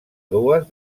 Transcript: dues